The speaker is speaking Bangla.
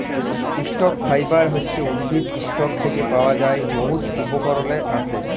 ইসটক ফাইবার হছে উদ্ভিদের ইসটক থ্যাকে পাওয়া যার বহুত উপকরলে আসে